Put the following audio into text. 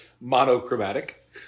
monochromatic